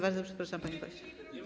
Bardzo przepraszam, panie pośle.